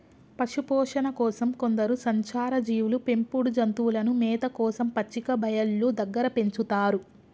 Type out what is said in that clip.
పశుపోషణ కోసం కొందరు సంచార జీవులు పెంపుడు జంతువులను మేత కోసం పచ్చిక బయళ్ళు దగ్గర పెంచుతారు